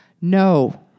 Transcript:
No